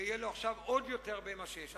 ויהיה לו עכשיו עוד יותר ממה שיש.